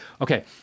Okay